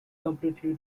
completely